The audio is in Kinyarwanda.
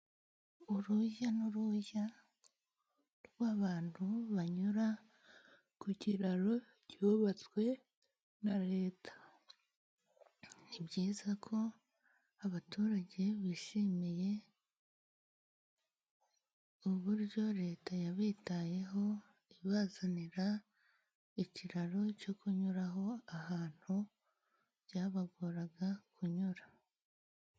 Urujya n'uruza rw'abantu banyura ku kiraro cyubatswe na Leta, ni byizako abaturage bishimiye uburyo Leta yabitayeho ibazanira ikiraro cyo kunyuraho ,ahantu byabagoraga kunyura.